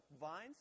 vines